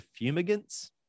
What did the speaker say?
fumigants